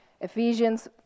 Ephesians